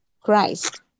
Christ